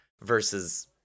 versus